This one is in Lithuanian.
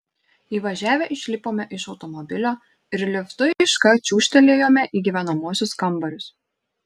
įvažiavę išlipome iš automobilio ir liftu iškart čiūžtelėjome į gyvenamuosius kambarius